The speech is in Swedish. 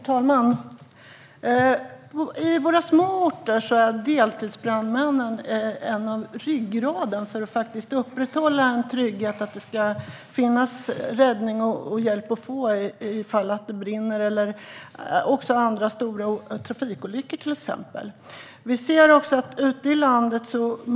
Herr talman! På våra småorter är deltidsbrandmännen en del av ryggraden för att upprätthålla tryggheten och för att det ska finnas hjälp att få vid brand eller till exempel trafikolyckor.